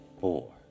four